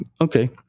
okay